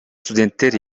студенттер